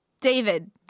David